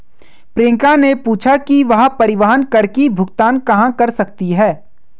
प्रियंका ने पूछा कि वह परिवहन कर की भुगतान कहाँ कर सकती है?